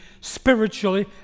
spiritually